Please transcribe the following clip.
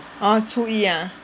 orh 初一 ah